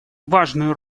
важную